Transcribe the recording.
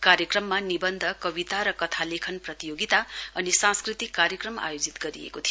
कार्यक्रममा निबन्ध कविता र कथा लेखन प्रतियोगिता अनि सांस्कृतिक कार्यक्रम आयोजित गरिएको थियो